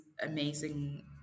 amazing